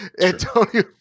Antonio